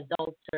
adults